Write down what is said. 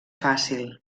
fàcil